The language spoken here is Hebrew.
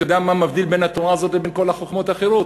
אתה יודע מה מבדיל בין התורה הזאת לכל החוכמות האחרות?